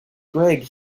greg